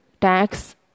tax